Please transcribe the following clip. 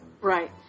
Right